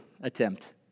attempt